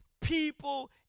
people